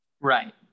right